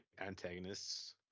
antagonists